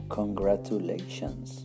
congratulations